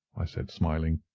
i said, smiling.